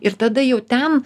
ir tada jau ten